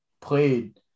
played